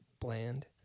bland